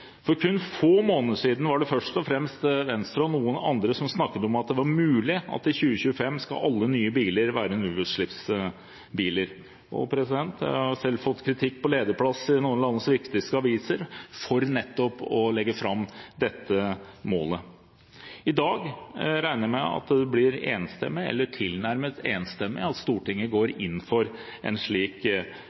For kun få måneder siden var det først og fremst Venstre og noen andre som snakket om at det var mulig at alle nye biler skal være nullutslippsbiler i 2025. Jeg har selv fått kritikk på lederplass i noen av landets viktigste aviser for nettopp å legge fram dette målet. I dag regner jeg med at det blir enstemmig eller tilnærmet enstemmig at Stortinget går inn for en slik